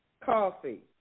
coffee